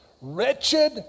Wretched